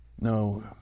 no